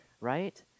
right